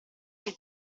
che